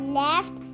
left